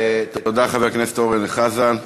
תודה, חבר הכנסת אורן חזן.